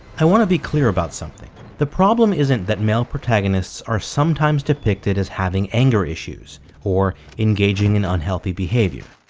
i want to be clear about something, the problem isn't that male protagonists are sometimes depicted as having anger issues or engaging in unhealthy behavior.